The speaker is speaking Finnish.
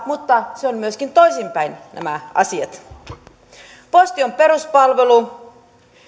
mutta nämä asiat ovat myöskin toisinpäin posti on peruspalvelu